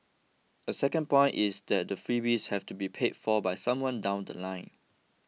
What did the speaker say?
a second point is that the freebies have to be paid for by somebody down The Line